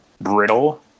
brittle